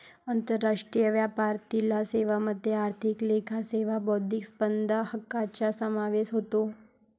आंतरराष्ट्रीय व्यापारातील सेवांमध्ये आर्थिक लेखा सेवा बौद्धिक संपदा हक्कांचा समावेश होतो